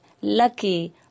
lucky